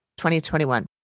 2021